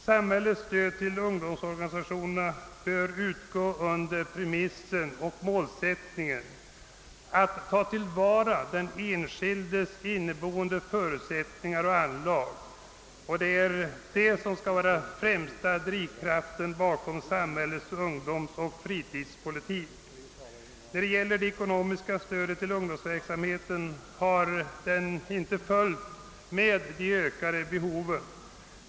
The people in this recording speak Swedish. Samhällets stöd till ungdomsorganisationerna bör utgå under målsättningen att ta till vara den enskildes inneboende förutsättningar och anlag; detta bör vara den främsta drivkraften bakom samhällets ungdomsoch fritidspolitik. Det ekonomiska stödet till ungdomsverksamheten har inte följt med de ökade behoven.